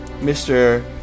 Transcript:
mr